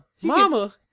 Mama